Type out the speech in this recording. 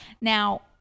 Now